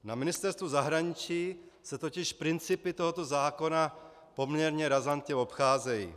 Na Ministerstvu zahraničí se totiž principy tohoto zákona poměrně razantně obcházejí.